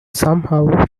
somehow